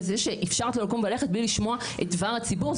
וזה שאפשרת לו לקום וללכת בלי לשמוע את דבר הציבור,